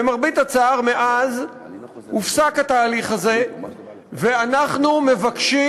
למרבה הצער, מאז הופסק התהליך הזה, ואנחנו מבקשים,